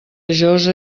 josa